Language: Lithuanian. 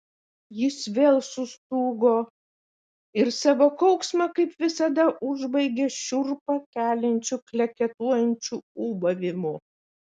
jis vėl sustūgo ir savo kauksmą kaip visada užbaigė šiurpą keliančiu kleketuojančiu ūbavimu